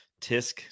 Tisk